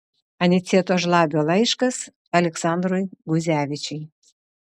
aniceto žlabio laiškas aleksandrui guzevičiui